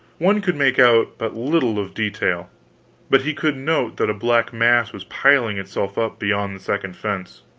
one could make out but little of detail but he could note that a black mass was piling itself up beyond the second fence.